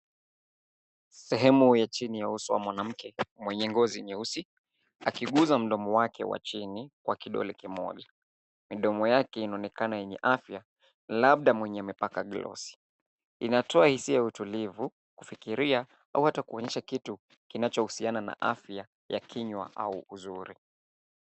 Sehemu ya chini ya uso wa mwanamke mwenye ngozi nyeusi akiguza mdomo wake wa chini kwa kidole kimoja. Midomo yake inaonekana yenye afya, labda mwenye amepaka glosi. Inatoa hisia ya utulivu, kufikiria au hata kuonyesha kitu kinachohusiana na afya ya kinywa au uzuri.